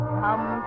come